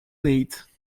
late